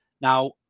Now